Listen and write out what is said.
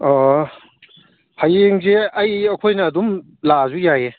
ꯍꯌꯦꯡꯁꯦ ꯑꯩ ꯑꯩꯈꯣꯏꯅ ꯑꯗꯨꯝ ꯂꯥꯛꯑꯁꯨ ꯌꯥꯏꯌꯦ